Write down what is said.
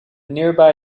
nearby